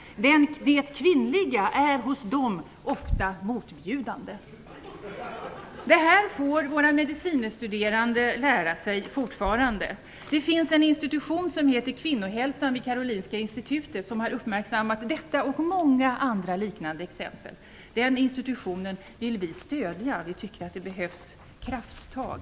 Det kvinnliga är dem ofta motbjudande." Det här får alltså våra medicinstuderande fortfarande lära sig. Det finns en institution, Kvinnohälsan vid Karolinska institutet, som har uppmärksammat detta och många andra liknande exempel. Den institutionen vill vi stödja. Vi tycker att det här behövs krafttag.